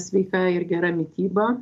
sveika ir gera mityba